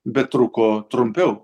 bet truko trumpiau